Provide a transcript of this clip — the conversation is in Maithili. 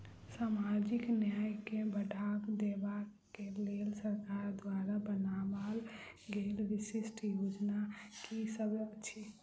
सामाजिक न्याय केँ बढ़ाबा देबा केँ लेल सरकार द्वारा बनावल गेल विशिष्ट योजना की सब अछि?